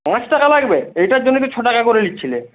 পাঁচ টাকা লাগবে এইটার জন্যই তো ছটাকা করে নিচ্ছিলে